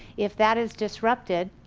if that is disrupted,